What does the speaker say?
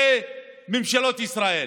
זה ממשלות ישראל